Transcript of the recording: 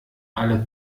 alle